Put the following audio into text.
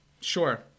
Sure